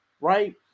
right